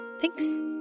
thanks